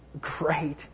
great